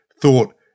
thought